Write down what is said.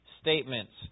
statements